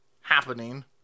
happening